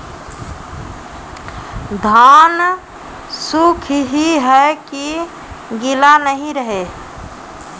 धान सुख ही है की गीला नहीं रहे?